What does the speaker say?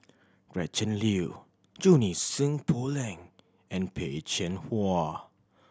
Gretchen Liu Junie Sng Poh Leng and Peh Chin Hua